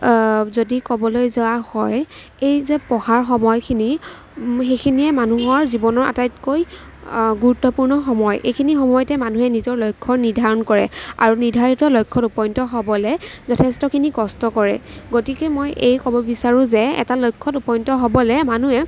যদি ক'বলৈ যোৱা হয় এই যে পঢ়াৰ সময়খিনি সেইখিনিয়েই মানুহৰ জীৱনৰ আটাইতকৈ গুৰুত্বপূৰ্ণ সময় এইখিনি সময়তে মানুহে নিজৰ লক্ষ্য নিৰ্ধাৰণ কৰে আৰু নিৰ্ধাৰিত লক্ষ্যত উপনীত হ'বলৈ যথেষ্টখিনি কষ্ট কৰে গতিকে মই এয়েই ক'ব বিচাৰোঁ যে এটা লক্ষ্যত উপনীত হ'বলৈ মানুহে